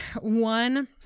One